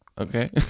Okay